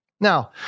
Now